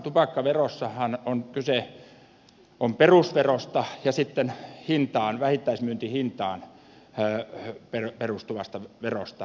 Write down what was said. tupakkaverossahan on kyse perusverosta ja sitten vähittäismyyntihintaan perustuvasta verosta